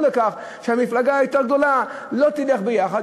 המפלגה היותר-גדולה לא תלך יחד,